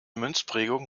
münzprägung